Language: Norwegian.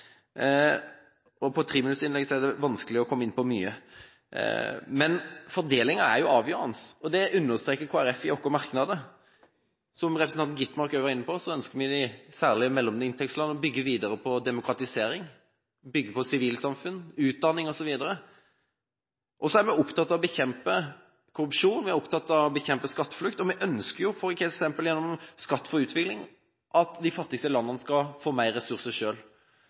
er det vanskelig å komme inn på mye, men fordelingen er avgjørende. Det understreker vi i Kristelig Folkeparti i våre merknader. Som representanten Gitmark også var inne på, ønsker vi særlig i mellominntektsland å bygge videre på demokratisering, bygge på sivilsamfunn, utdanning osv. Vi er opptatt av å bekjempe korrupsjon og skatteflukt, og vi ønsker, f.eks. gjennom «Skatt for utvikling», at de fattigste landene skal få mer ressurser